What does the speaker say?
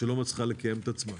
שלא מצליחה לקיים את עצמה.